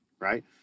right